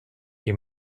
die